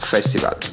Festival